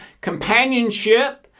Companionship